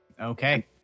Okay